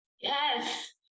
Yes